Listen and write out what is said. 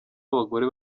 abagore